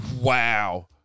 Wow